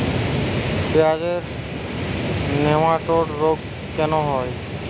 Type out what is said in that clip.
পেঁয়াজের নেমাটোড রোগ কেন হয়?